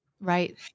Right